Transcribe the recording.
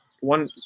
one